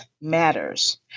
Matters